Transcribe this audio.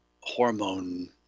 hormone